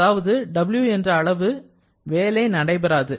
அல்லது W என்ற அளவு வேலை நடைபெறாது